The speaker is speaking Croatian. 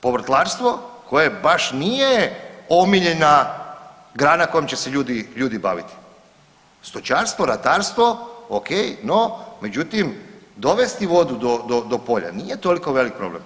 Povrtlarstvo koje baš nije omiljena grana kojom će se ljudi baviti, stočarstvo, ratarstvo ok, no, međutim, dovesti vodu do polja nije toliko velik problem.